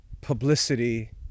publicity